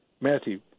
Matthew